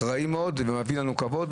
אחראי מאוד שיביא לנו כבוד,